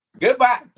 Goodbye